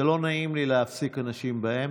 זה לא נעים לי להפסיק אנשים באמצע.